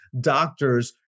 doctors